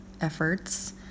efforts